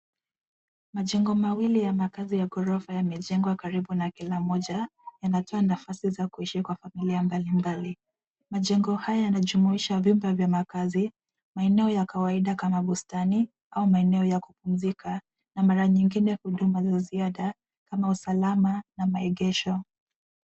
Majengo mawili ya makazi ya ghorofa yamejengwa karibu na kila moja inatoa nafasi za kuishi kwa familia mbalimbali. Majengo haya yanajumuisha vyumba vya makazi, maeneo ya kawaida kama bustani au maeneo ya kupumzika na mara nyingine huduma za ziada kama usalama na maegesho.